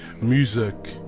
music